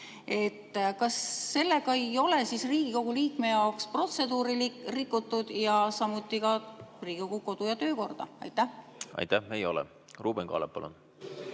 Kas sellega ei ole siis Riigikogu liikme jaoks protseduuri rikutud ja samuti Riigikogu kodu‑ ja töökorda? Aitäh! Ei ole. Ruuben Kaalep, palun!